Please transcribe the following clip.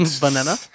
Banana